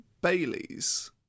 Bailey's